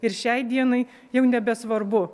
ir šiai dienai jau nebesvarbu